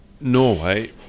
Norway